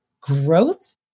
growth